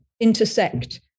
intersect